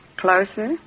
closer